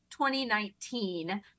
2019